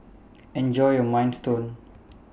Enjoy your Minestrone